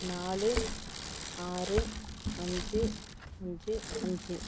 நாலு ஆறு அஞ்சு அஞ்சு அஞ்சு